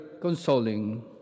consoling